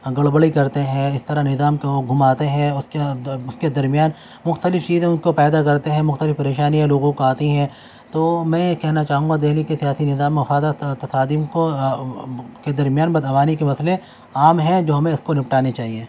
گڑبڑی کرتے ہیں اس طرح نظام کو وہ گھماتے ہیں اس کے اس کے درمیان مختلف چیزیں ان کو پیدا کرتے ہیں مختلف پریشانیاں لوگوں کو آتی ہیں تو میں یہ کہنا چاہوں گا دہلی کے سیاسی نظام مفادات تصادم کو کے درمیان بد عنوانی کے مسئلے عام ہیں جو ہمیں اس کو نپٹانے چاہئیں